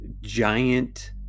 giant